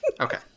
Okay